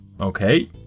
Okay